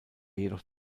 jedoch